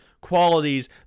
qualities